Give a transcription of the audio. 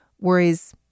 worries